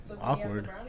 awkward